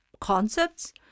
concepts